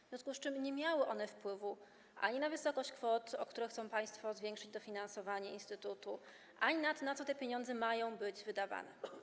W związku z tym nie miały one wpływu ani na wysokość kwot, o które chcą państwo zwiększyć dofinansowanie instytutu, ani na to, na co te pieniądze mają być wydawane.